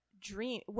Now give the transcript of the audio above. dream